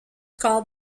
called